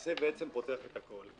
זה בעצם פותח את הכול.